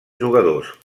jugadors